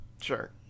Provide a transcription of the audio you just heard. Sure